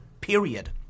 period